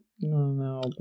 No